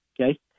okay